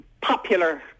popular